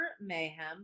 mayhem